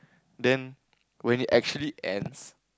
then when it actually ends